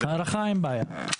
הארכה אין בעיה.